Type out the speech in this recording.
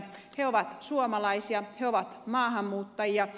he ovat suomalaisia he ovat maahanmuuttajia